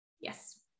Yes